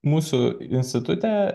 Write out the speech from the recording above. mūsų institute